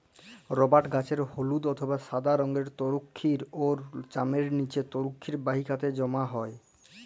রবাট গাহাচের হইলদ্যা অথবা ছাদা রংয়ের তরুখির উয়ার চামের লিচে তরুখির বাহিকাতে জ্যমা হ্যয়